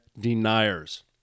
deniers